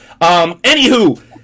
Anywho